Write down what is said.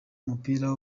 umupira